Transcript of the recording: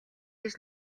гэж